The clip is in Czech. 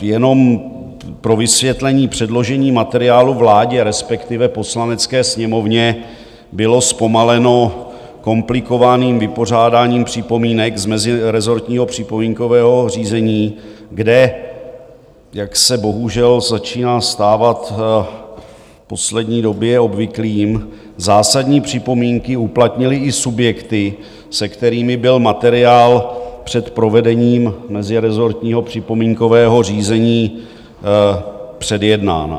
Jenom pro vysvětlení, předložení materiálu vládě, respektive Poslanecké sněmovně, bylo zpomaleno komplikovaným vypořádáním připomínek z mezirezortního připomínkového řízení, kde, jak se bohužel začíná stávat v poslední době obvyklým, zásadní připomínky uplatnily i subjekty, se kterými byl materiál před provedením mezirezortního připomínkového řízení předjednán.